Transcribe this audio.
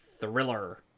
thriller